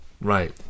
Right